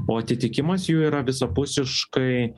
o atitikimas jų yra visapusiškai